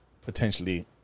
potentially